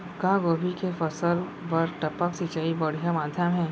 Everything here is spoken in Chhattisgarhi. का गोभी के फसल बर टपक सिंचाई बढ़िया माधयम हे?